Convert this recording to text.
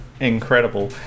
incredible